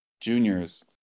juniors